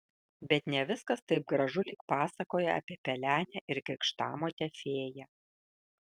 bet ne viskas taip gražu lyg pasakoje apie pelenę ir krikštamotę fėją